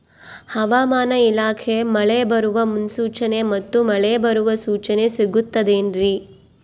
ಹವಮಾನ ಇಲಾಖೆ ಮಳೆ ಬರುವ ಮುನ್ಸೂಚನೆ ಮತ್ತು ಮಳೆ ಬರುವ ಸೂಚನೆ ಸಿಗುತ್ತದೆ ಏನ್ರಿ?